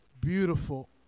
beautiful